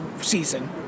season